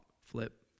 flip